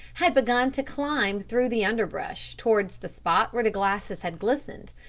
had begun to climb through the underbrush towards the spot where the glasses had glistened.